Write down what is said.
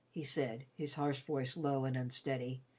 he said, his harsh voice low and unsteady,